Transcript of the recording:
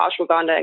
ashwagandha